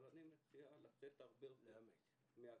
אבל אני מציע לצאת הרבה מהכיתות,